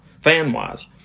fan-wise